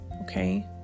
Okay